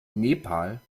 nepal